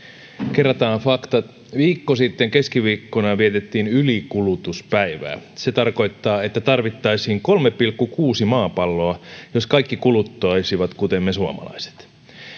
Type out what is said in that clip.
kerrataan faktat viikko sitten keskiviikkona vietettiin ylikulutuspäivää se tarkoittaa että tarvittaisiin kolme pilkku kuusi maapalloa jos kaikki kuluttaisivat kuten me suomalaiset